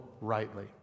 rightly